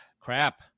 Crap